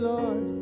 Lord